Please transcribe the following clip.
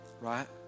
right